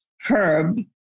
Herb